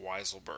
Weiselberg